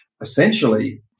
essentially